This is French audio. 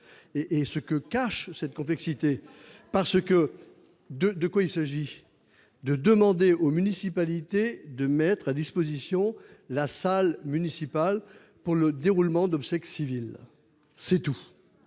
et ce que cache cette complexité parce que de de quoi il s'agit de demander aux municipalités de mettre à disposition la salle municipale pour le déroulement d'obsèques civiles, c'est tout,